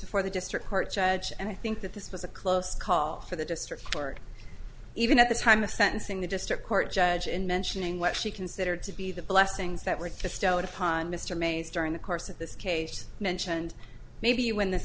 before the district court judge and i think that this was a close call for the district court even at the time of sentencing the district court judge in mentioning what she considered to be the blessings that were stowed upon mr mays during the course of this cage mentioned maybe you win this